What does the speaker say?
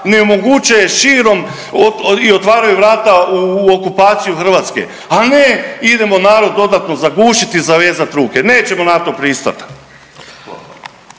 ne omoguće širom i otvaraju vrata u okupaciju Hrvatske, a ne idemo narod dodatno zagušiti, zavezati ruke. Nećemo na to pristati.